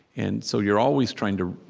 and so you're always trying to,